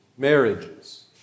marriages